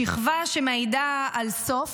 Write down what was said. שכבה שמעידה על סוף,